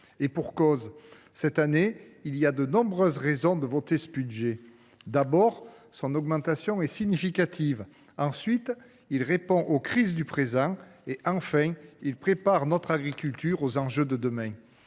Et pour cause : cette année, de nombreuses raisons justifient que nous votions ce budget. D’abord, son augmentation est significative ; ensuite, il répond aux crises du présent ; enfin, il prépare notre agriculture aux enjeux de demain.